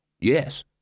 Yes